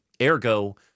Ergo